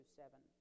seven